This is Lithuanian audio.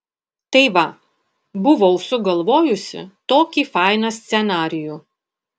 tai va buvau sugalvojusi tokį fainą scenarijų